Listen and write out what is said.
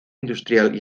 industrial